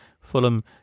Fulham